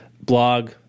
blog